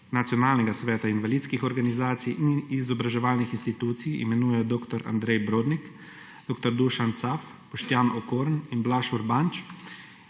nacionalnega sveta invalidskih organizacij in izobraževalnih institucij imenujejo dr. Andrej Brodnik, dr. Dušan Caf, Boštjan Okorn in Blaž Urbanč.